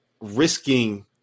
risking –